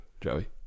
Joey